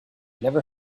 never